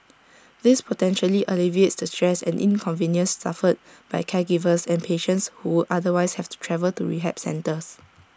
this potentially alleviates stress and inconvenience suffered by caregivers and patients who would otherwise have to travel to rehab centres